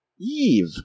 Eve